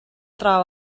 draw